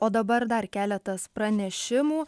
o dabar dar keletas pranešimų